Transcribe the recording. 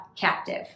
captive